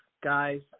guys